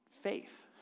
faith